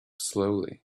slowly